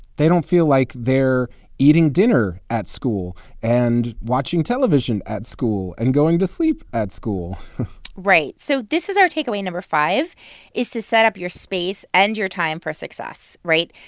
they don't feel like they're eating dinner at school and watching television at school and going to sleep at school right, so this is our takeaway number five is to set up your space and your time for success, right?